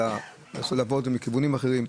אלא אתה יכול לעבוד מכיוונים אחרים.